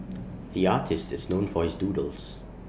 the artist is known for his doodles